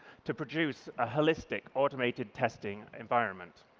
to produce a holistic automated testing environment.